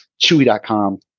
Chewy.com